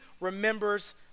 remembers